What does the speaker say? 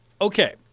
okay